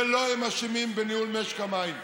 ולא הם אשמים בניהול משק המים,